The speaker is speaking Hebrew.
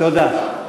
תודה.